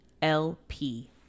lp